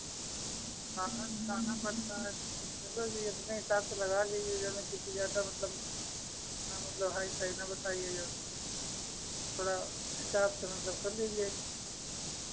हाँ तो जाना पड़ता है फिर चलो जी अपने हिसाब से लगा लीजिए जाैने किसी ज़्यादा मतलब हाँ मतलब हाई फाई ना बताइए जो थोड़ा हिसाब से मतलब कर लीजिए